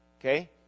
Okay